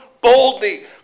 boldly